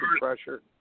pressure